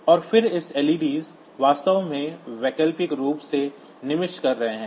और फिर इस लइडी LED's वास्तव में वैकल्पिक रूप से निमिष कर रहे हैं